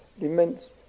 immense